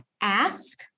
Ask